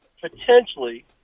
potentially